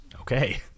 okay